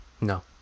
No